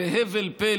בהבל פה,